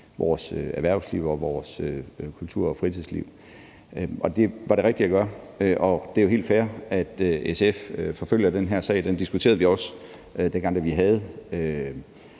vores erhvervsliv og vores kultur- og fritidsliv. Det var det rigtige at gøre. Det er jo helt fair, at SF forfølger den her sag. Vi diskuterede den også, dengang vi havde